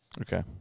Okay